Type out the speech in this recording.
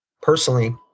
personally